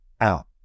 Out